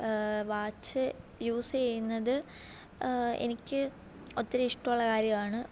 watch use ചെയ്യുന്നത് എനിക്ക് ഒത്തിരി ഇഷ്ടമുള്ള കാര്യമാണ്